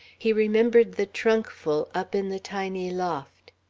he remembered the trunkful up in the tiny loft.